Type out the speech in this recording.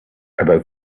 about